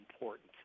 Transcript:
important